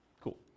Cool